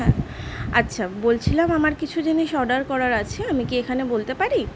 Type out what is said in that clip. হ্যাঁ আচ্ছা বলছিলাম আমার কিছু জিনিস অর্ডার করার আছে আমি কি এখানে বলতে পারি